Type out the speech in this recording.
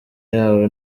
yabo